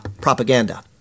propaganda